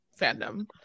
fandom